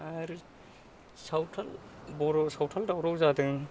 आरो सावथाल बर' सावथाल दावराव जादों